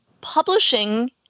publishing